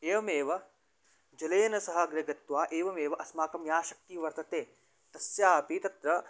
एवमेव जलेन सह अग्रे गत्वा एवमेव अस्माकं या शक्तिः वर्तते तस्यापि तत्र